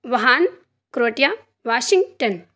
وہان Croatia Washington